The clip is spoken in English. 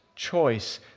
Choice